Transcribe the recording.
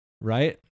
right